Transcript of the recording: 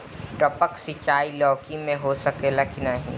टपक सिंचाई लौकी में हो सकेला की नाही?